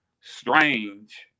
strange